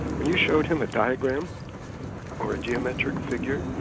when you showed him a diagram or a geometric figure,